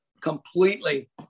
completely